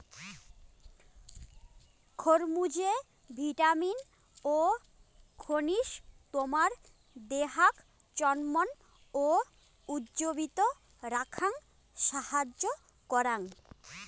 খরমুজে vitamin ও খনিজ তোমার দেহাক চনমন ও উজ্জীবিত রাখাং সাহাইয্য করাং